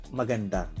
maganda